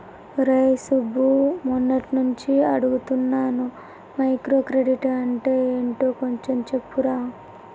రేయ్ సుబ్బు, మొన్నట్నుంచి అడుగుతున్నాను మైక్రో క్రెడిట్ అంటే యెంటో కొంచెం చెప్పురా